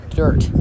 dirt